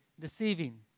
deceiving